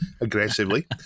aggressively